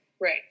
right